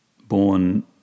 born